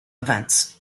events